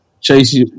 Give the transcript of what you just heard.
Chase